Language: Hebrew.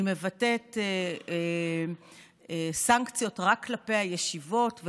היא מבטאת סנקציות רק כלפי הישיבות,